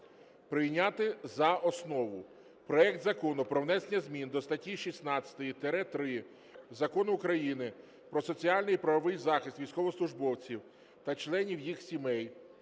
прийняти за основу проект Закону про внесення змін до статті 16-3 Закону України "Про соціальний і правовий захист військовослужбовців та членів їх сімей"